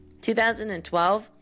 2012